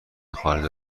خارج